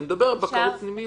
אני מדבר על בקרות פנימיות.